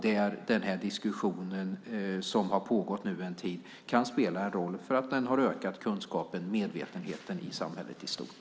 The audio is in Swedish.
Där kan den diskussion som nu har pågått en tid spela en roll därför att den har ökat kunskapen och medvetenheten i samhället i stort.